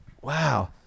Wow